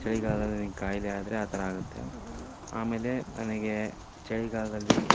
ಚಳಿಗಾಲ್ದಲ್ಲಿ ನನಗೆ ಖಾಯಿಲೆ ಆದರೆ ಆ ಥರ ಆಗುತ್ತೆ ಆಮೇಲೆ ನನಗೆ ಚಳಿಗಾಲದಲ್ಲಿ